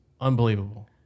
unbelievable